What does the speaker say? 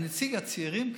נציג הצעירים כאן,